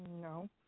No